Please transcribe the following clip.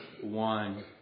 one